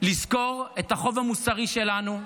לזכור את החוב המוסרי שלנו,